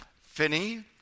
Finney